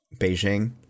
Beijing